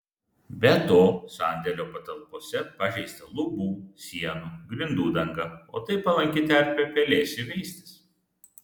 be to sandėlio patalpose pažeista lubų sienų grindų danga o tai palanki terpė pelėsiui veistis